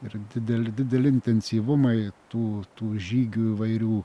ir dideli dideli intensyvumai tų tų žygių įvairių